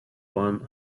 one